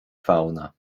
fauna